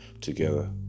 together